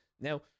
Now